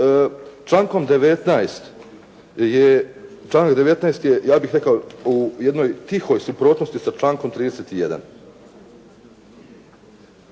članak 19. je, ja bih rekao u jednoj tihoj suprotnosti sa člankom 31.